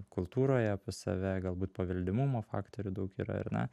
kultūroje pas save galbūt paveldimumo faktorių daug yra ar ne